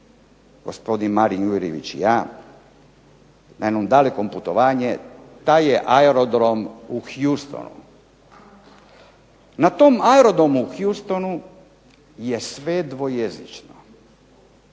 gospodin Marin Jurjević i ja na jednom dalekom putovanju, taj je aerodrom u Hustonu. Na tom aerodromu u Hustonu je sve dvojezično.